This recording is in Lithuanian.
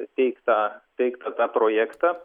teiktą teiktą tą projektą